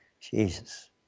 Jesus